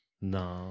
No